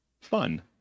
Fun